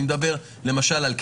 ני מדבר למשל על קיסריה,